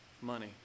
Money